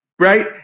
right